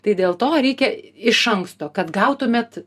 tai dėl to reikia iš anksto kad gautumėt